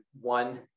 one